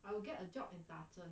I will get a job in 打针